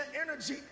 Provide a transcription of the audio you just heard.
energy